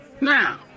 Now